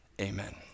amen